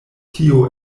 tio